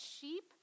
sheep